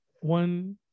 one